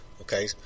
okay